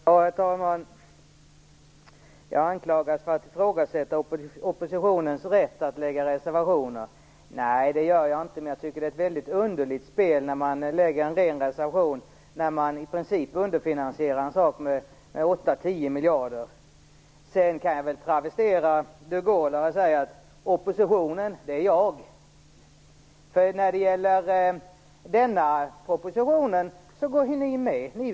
Herr talman! Jag anklagas för att ifrågasätta oppositionens rätt att skriva reservationer. Nej, det gör jag inte, men jag tycker att det är ett väldigt underligt spel att reservera sig när man i princip underfinansierar ett förslag med 8-10 miljarder. Jag kan väl travestera de Gaulle och säga: Oppositionen, det är jag. När det gäller den här propositionen är ni ju med på regeringens förslag.